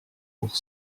pour